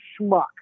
schmuck